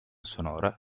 sonora